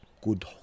good